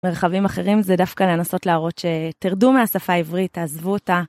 מרחבים אחרים זה דווקא לנסות להראות שתרדו מהשפה העברית, תעזבו אותה.